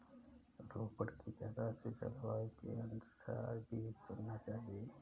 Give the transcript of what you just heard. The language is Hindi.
रोपड़ की जगह के जलवायु के अनुसार बीज चुनना चाहिए